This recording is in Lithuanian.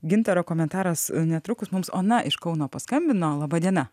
gintaro komentaras netrukus mums ona iš kauno paskambino laba diena